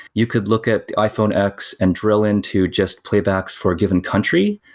you could look at the iphone x and drill into just playbacks for a given country,